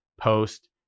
post